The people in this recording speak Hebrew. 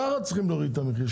טרה צריכים להוריד את המחיר.